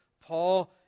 Paul